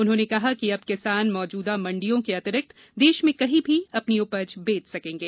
उन्होंने कहा कि अब किसान मौजूदा मंडियों के अतिरिक्त देश में कहीं भी अपनी उपज बेच सकेंगे